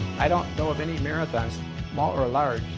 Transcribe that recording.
i don't know of any marathon, small or large,